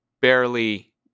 barely